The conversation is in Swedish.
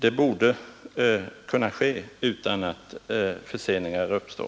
Det borde kunna ske utan att förseningar uppstår.